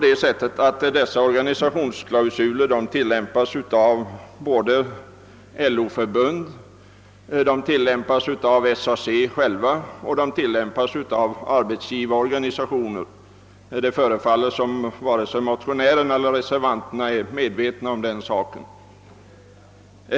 Dessa organisationsklausuler tillämpas av både LO-förbund, SAC och arbetsgivarorganisationer, men det förefaller som om varken motionärerna eller reservanterna är medvetna om den saken.